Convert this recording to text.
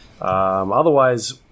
Otherwise